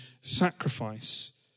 sacrifice